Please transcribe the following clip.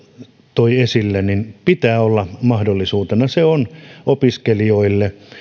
toi esille pitää olla mahdollisuutena se on opiskelijoille